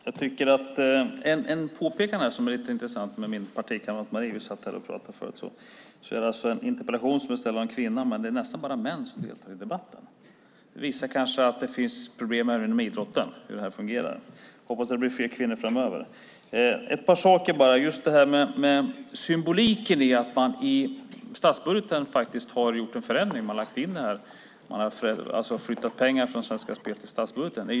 Fru talman! Jag har ett lite intressant påpekande. Denna interpellation är ställd av en kvinna, men det är nästan bara män som deltar i debatten. Jag satt och pratade med min partikamrat Marie Engström om detta. Det visar kanske att det finns problem även inom idrotten när det gäller hur detta fungerar. Jag hoppas att det blir fler kvinnor framöver. Jag vill säga något om symboliken i att man i statsbudgeten faktiskt har gjort en förändring när det gäller pengar till idrotten. Man har flyttat pengar så att de går från statsbudgeten i stället för från Svenska Spel.